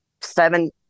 seven